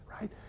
right